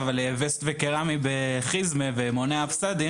עם וסט וקרמי בחיזמה ומונע הפרות סדר,